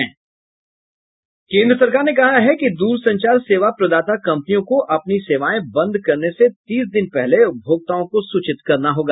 केन्द्र सरकार ने कहा है कि दूरसंचार सेवा प्रदाता कम्पनियों को अपनी सेवाएं बंद करने से तीसे दिन पहले उपभोक्ताओं को सूचित करना होगा